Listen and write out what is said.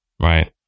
Right